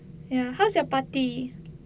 ya how's your party